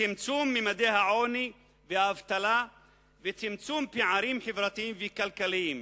צמצום ממדי העוני והאבטלה וצמצום פערים חברתיים וכלכליים.